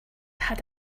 had